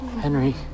Henry